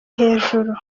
hejuru